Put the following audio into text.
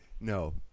No